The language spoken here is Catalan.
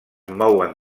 mouen